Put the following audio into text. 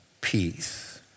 peace